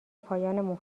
پایان